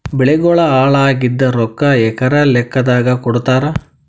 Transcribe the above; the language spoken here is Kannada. ಬೆಳಿಗೋಳ ಹಾಳಾಗಿದ ರೊಕ್ಕಾ ಎಕರ ಲೆಕ್ಕಾದಾಗ ಕೊಡುತ್ತಾರ?